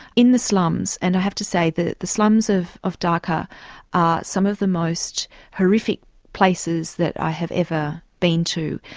in the slums, and i have to say that the slums of of dhaka are some of the most horrific places that i have ever been to.